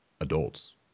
adults